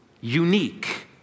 unique